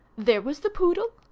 there was the poodle.